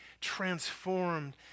transformed